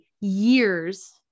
years